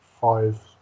five